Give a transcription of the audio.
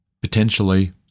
potentially